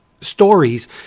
stories